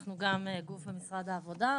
אנחנו גם גוף במשרד העבודה,